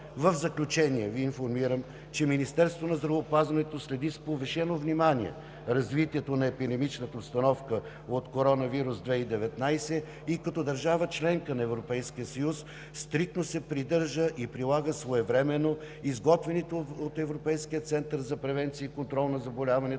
В заключение Ви информирам, че Министерството на здравеопазването следи с повишено внимание развитието на епидемичната обстановка от коронавирус 2019 и като държава – членка на Европейския съюз, стриктно се придържа и прилага своевременно изготвените от Европейския център за превенция и контрол на заболяванията